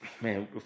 man